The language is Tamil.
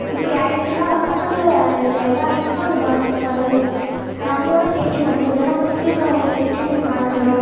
இப்படி ஆகிடுச்சின்னா பக்கத்தில் இருக்கற எல்லா வீட்டுக்கும் இந்த பாதிப்பு பரவும் நம்மளோடய சேஃப்ட்டி மட்டும் இல்லை நம்ம சுற்றி இருக்கவங்களை சேஃப்டியும் நம்ம பார்த்துக்கணும்